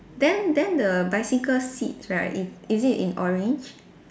then then the bicycle seat right it is it in orange